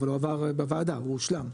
אבל הוא עבר בוועדה הוא הושלם.